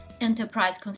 Enterprise